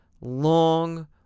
long